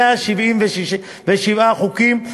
177 חוקים.